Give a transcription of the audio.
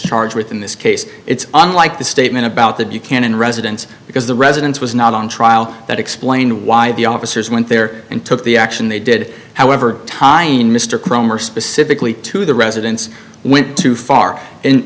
charged with in this case it's unlike the statement about that you can in residence because the residence was not on trial that explained why the officers went there and took the action they did however tying mr kromer specifically to the residence went too far